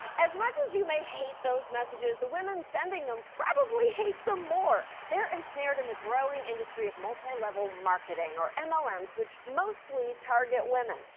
as much as you may hate those messages, the women sending them probably hate them more. they're ensnared in the growing industry of multi-level marketing or mlms, which mostly target women.